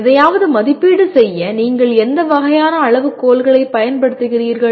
எதையாவது மதிப்பீடு செய்ய நீங்கள் எந்த வகையான அளவுகோல்களைப் பயன்படுத்துகிறீர்கள்